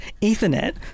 Ethernet